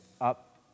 up